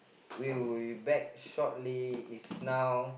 we will be back shortly is now